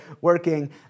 working